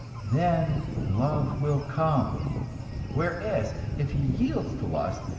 then love will come whereas, if he yields to lust,